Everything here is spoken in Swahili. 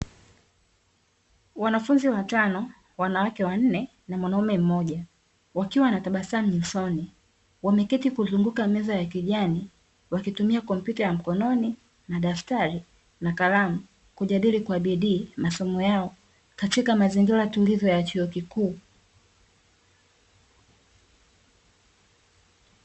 Wanafunzi watano wanawake wanne na mwanaume mmoja, wakiwa wanatabasamu nyusoni wameketi kuzunguka meza ya kijani, wakitumia kompyuta ya mkononi na daftari na kalamu, kujadili kwa bidii masomo yao katika mazingira tulivu ya chuo kikuu.